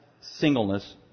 singleness